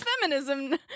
feminism